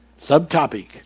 subtopic